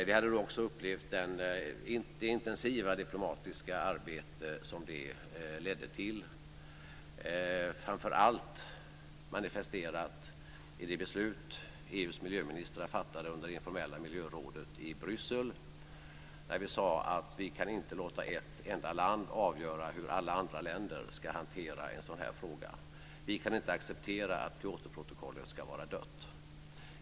Vi hade också upplevt det intensiva diplomatiska arbete som det ledde till, framför allt manifesterat i det beslut EU:s miljöministrar fattade under det informella miljörådet i Bryssel. Där sade vi att vi inte kan låta ett enda land avgöra hur alla andra länder ska hantera en sådan här fråga. Vi kan inte acceptera att Kyotoprotokollet ska vara dött.